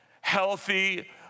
healthy